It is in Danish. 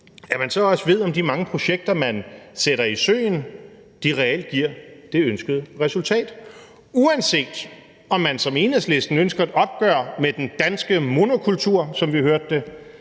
at man så også ved, om de mange projekter, man sætter i søen, reelt giver det ønskede resultat. Uanset om man – som Enhedslisten – ønsker et opgør med den danske monokultur, som vi hørte det,